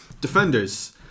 defenders